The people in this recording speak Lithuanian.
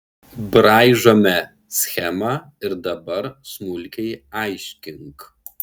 braižome schemą ir dabar smulkiai aiškink